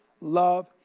love